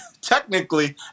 technically